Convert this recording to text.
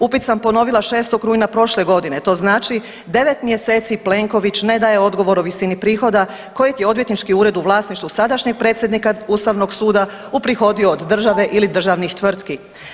Upit sam ponovila 6. rujna prošle godine, to znači 9 mjeseci Plenković ne daje odgovor o visini prihoda kojeg je odvjetnički ured u vlasništvu sadašnjeg predsjednika Ustavnog suda uprihodio od države ili državnih tvrtki.